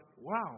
Wow